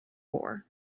war